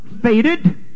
faded